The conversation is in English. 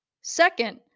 Second